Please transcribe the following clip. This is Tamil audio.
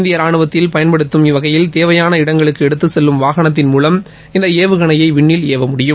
இந்திய ரானுவத்தில் பயன்படுத்தும் வகையில் தேவையான இடங்களுக்கு எடுத்து செல்லும் வாகனத்தின் மூவம் இந்த ஏவுகணையை விண்ணில் ஏவ முடியும்